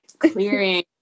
clearing